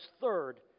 third